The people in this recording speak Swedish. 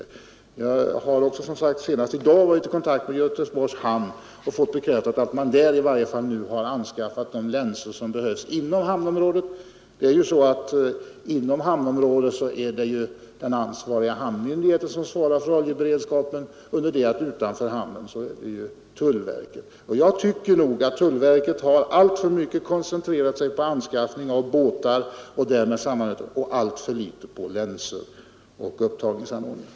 Jag har senast i dag varit i kontakt med Göteborgs hamn och fått bekräftat att man i varje fall där nu har anskaffat de länsor som behövs inom hamnområdet. Det är den ansvariga hamnmyndigheten som svarar för oljeberedskapen inom hamnområdet, under det att tullverket svarar för den utanför hamnen. Jag tycker att tullverket alltför mycket har koncentrerat sig på anskaffning av båtar och därmed sammanhängande utrustning och alltför litet på länsor och upptagningsanordningar.